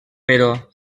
però